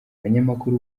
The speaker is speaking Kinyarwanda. abanyamakuru